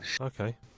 Okay